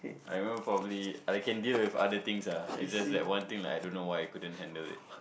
I even probably I can deal with other things ah is just that one thing like I don't know why I couldn't handle it